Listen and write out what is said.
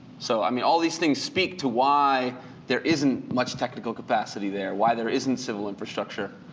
so, i mean, all these things speak to why there isn't much technical capacity there, why there isn't civil infrastructure.